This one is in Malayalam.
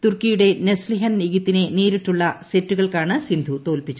തുർക്കിയുടെ നെസ്ലിഹൻ യിഗിത്തിനെ നേരിട്ടുള്ള സെറ്റുകൾക്കാണ് സിന്ധു തോൽപ്പിച്ചത്